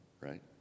right